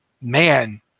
man